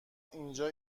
اینجا